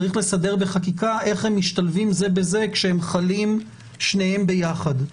צריך לסדר בחקיקה איך הם משתלבים זה בזה כשהם חלים שניהם ביחד.